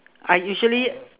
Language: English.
I usually